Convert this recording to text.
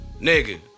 nigga